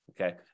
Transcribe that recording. Okay